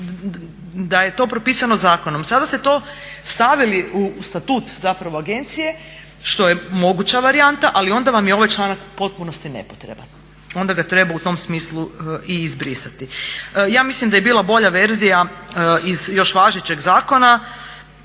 da je propisano zakonom. Sada ste to stavili u statut agencije što je moguća varijanta ali onda vam je ovaj članak u potpunosti nepotreban, onda ga treba u tom smislu i izbrisati. Ja mislim da je bila bolja verzija iz još važećeg zakona